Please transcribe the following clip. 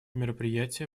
мероприятие